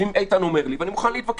ואם איתן אומר לי,